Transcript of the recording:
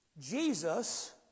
Jesus